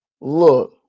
Look